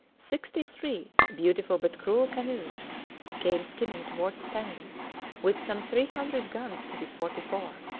sixty-three beautiful but cruel canoes came skimming towards stanley with some three hundred guns to his forty-four.